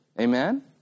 Amen